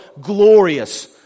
glorious